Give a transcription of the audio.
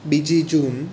બીજી જૂન